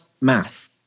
math